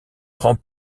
prend